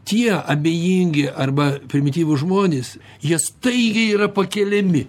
tie abejingi arba primityvūs žmonės jie staigiai yra pakeliami